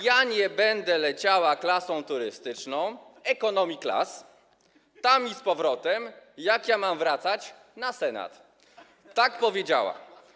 Ja nie będę leciała klasą turystyczną, economy class, tam i z powrotem, jak ja mam wracać na Senat - tak powiedziała.